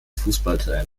fußballtrainer